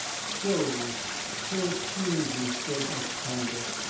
shows shows changes, judge ostrander.